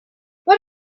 what